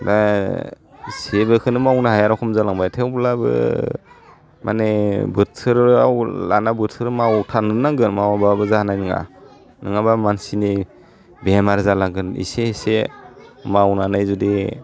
दा जेबोखौनो मावनो हाया रखम जालांबाय थेवब्लाबो माने बोथोराव लाना बोथोर मावथारनोनो नांगोन मावाबाबो जानाय नङा नोङाबा मानसिनि बेमार जालांगोन इसे इसे मावनानै जुदि